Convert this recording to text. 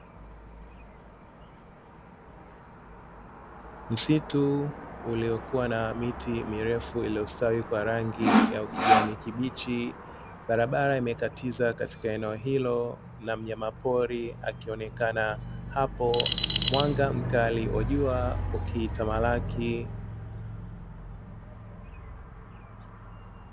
Msitu wenye miti mingi mirefu iliyokua na kustawi kwa rangi ya kijani kibichi. Barabara imekatiza katika eneo hilo na mnyama pori akionekana hapo, mwanga wa jua ukitamalaki.